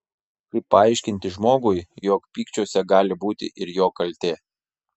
kaip paaiškinti žmogui jog pykčiuose gali būti ir jo kaltė